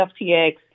FTX